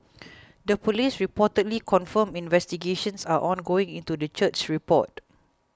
the police reportedly confirmed investigations are ongoing into the church's report